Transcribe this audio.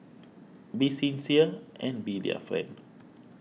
be sincere and be their friend